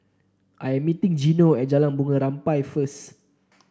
I am meeting Gino at Jalan Bunga Rampai first